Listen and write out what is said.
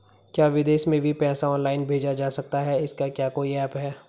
क्या विदेश में भी पैसा ऑनलाइन भेजा जा सकता है इसका क्या कोई ऐप है?